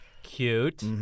cute